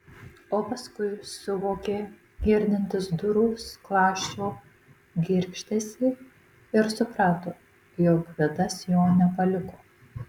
o paskui suvokė girdintis durų skląsčio girgždesį ir suprato jog gvidas jo nepaliko